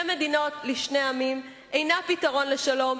מדינות לשני עמים" אינה פתרון של שלום,